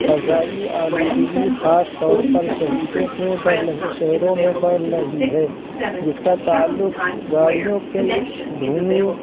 فضائی آلودگی خاص طور پر شہیدوں میں بڑھ شہروں میں بڑھ لہی ہے جس کا تعلق گاڑیوں کے دھوئیں